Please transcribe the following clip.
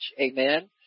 Amen